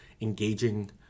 engaging